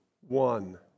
one